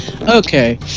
Okay